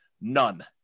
None